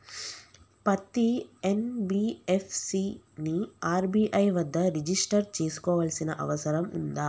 పత్తి ఎన్.బి.ఎఫ్.సి ని ఆర్.బి.ఐ వద్ద రిజిష్టర్ చేసుకోవాల్సిన అవసరం ఉందా?